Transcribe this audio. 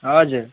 हजुर